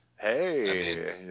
Hey